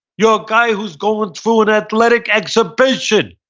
you're a guy who is going through an athletic exhibition.